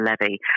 levy